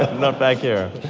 not back here.